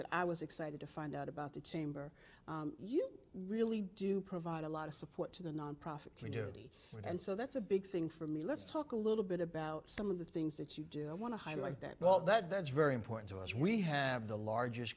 that i was excited to find out about the chamber you really do provide a lot of support to the nonprofit community and so that's a big thing for me let's talk a little bit about some of the things that you do i want to highlight that well that that's very important to us we have the largest